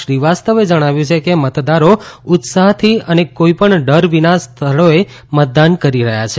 શ્રીવાસ્તવે જણાવ્યું છે કે મતદારો ઉત્સાહથી તથા કોઈપણ ડર વીના સ્થળોએ મતદાન કરી રહ્યા છે